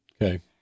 Okay